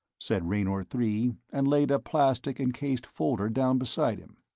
said raynor three, and laid a plastic-encased folder down beside him.